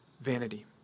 vanity